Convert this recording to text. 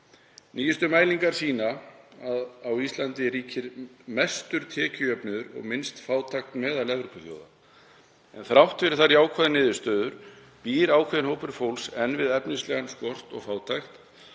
„Nýjustu mælingar sýna að á Íslandi ríkir mestur tekjujöfnuður og minnst fátækt meðal Evrópuþjóða en þrátt fyrir þær jákvæðu niðurstöður býr ákveðinn hópur fólks enn við efnislegan skort og fátækt.